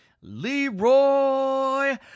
leroy